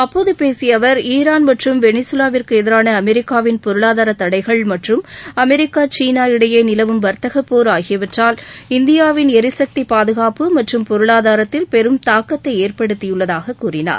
அப்போது பேசிய அவர் ஈரான் மற்றும் வெளிகவாவிற்கு எதிரான அமெரிக்காவின் பொருளாதார தடைகள் மற்றும் அமெரிக்கா சீனா இடையே நிலவும் வர்த்தகப் போர் ஆகியவற்றால் இந்தியாவின் எரிசக்தி பாதுகாப்பு மற்றும் பொருளாதாரத்தில் பெரும் தாக்கத்தை ஏற்படுத்தியுள்ளதாக கூறினார்